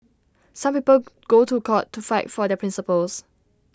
some people go to court to fight for their principles